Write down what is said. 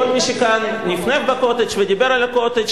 כל מי שכאן נפנף ב"קוטג'" ודיבר על ה"קוטג'",